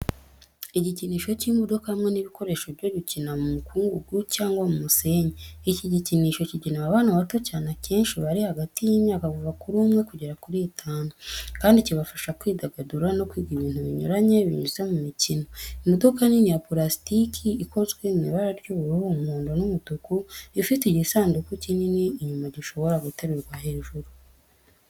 Igikinisho cy’imodoka hamwe n’ibikoresho byo gukina mu mukungugu cyangwa mu musenyi. Iki gikinisho kigenewe abana bato cyane akenshi bari hagati y’imyaka kuva kuri umwe kugera kuri itanu, kandi kibafasha kwidagadura no kwiga ibintu binyuranye binyuze mu mikino. Imodoka nini ya purasitiki ikozwe mu ibara rya ubururu, umuhondo n’umutuku ifite igisanduku kinini inyuma gishobora guterurwa hejuru.